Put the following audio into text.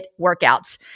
workouts